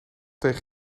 tegen